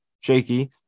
shaky